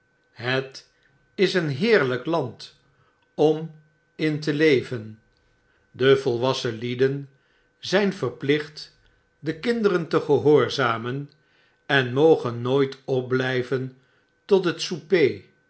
zes en een half jaar mam land om in te leven de volwassen lieden zgn verplicht de kinderen te gehoorzamen en mogen nooit opbljjven tot het souper